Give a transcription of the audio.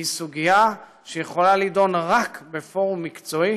היא סוגיה שיכולה להידון רק בפורום מקצועי